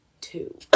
two